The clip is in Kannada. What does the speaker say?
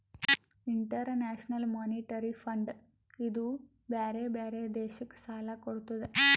ಇಂಟರ್ನ್ಯಾಷನಲ್ ಮೋನಿಟರಿ ಫಂಡ್ ಇದೂ ಬ್ಯಾರೆ ಬ್ಯಾರೆ ದೇಶಕ್ ಸಾಲಾ ಕೊಡ್ತುದ್